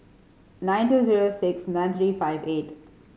nine two zero six nine three five eight